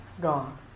gone